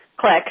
Click